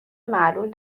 معلول